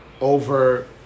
over